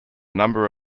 number